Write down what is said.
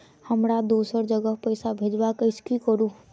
हमरा दोसर जगह पैसा भेजबाक अछि की करू?